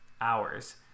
hours